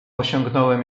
osiągnąłem